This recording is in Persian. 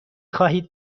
خواهید